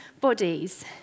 bodies